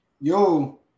Yo